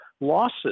losses